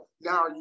Now